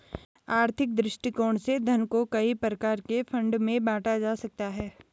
आर्थिक दृष्टिकोण से धन को कई प्रकार के फंड में बांटा जा सकता है